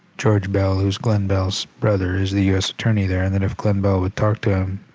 george beall who's glenn beall's brother is the u s. attorney there, and that if glenn beall would talk to him